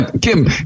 Kim